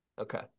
Okay